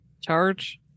charge